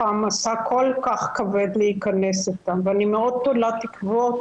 משא כל כך כבד להיכנס אליו ואני מאוד תולה תקוות